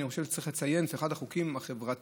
אני חושב שצריך לציין שזה אחד החוקים החברתיים